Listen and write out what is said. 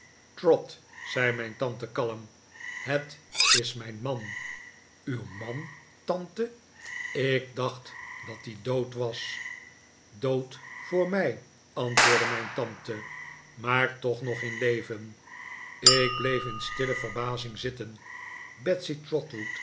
trot zei mijn tante kalm het is mijn man uw man tante ik dacht dat die dood was dood voor mij antwoordde mijn tante maar toch nog in leven ik bleef in stille verbazing zitten